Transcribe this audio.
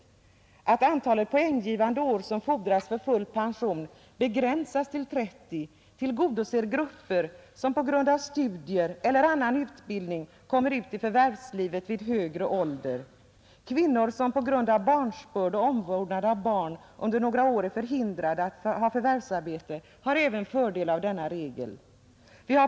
Den omständigheten att antalet poänggivande år som fordras för full pension begränsas till 30 tillgodoser grupper som på grund av studier eller annan utbildning kommer ut i förvärvslivet vid högre ålder. Kvinnor som på grund av barnsbörd eller omvårdnad av barn under några år är förhindrade att ha förvärvsarbete har även fördel av denna regel.